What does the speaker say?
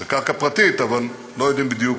זו קרקע פרטית, אבל לא יודעים בדיוק